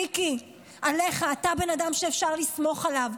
מיקי, אתה בן אדם שאפשר לסמוך עליו.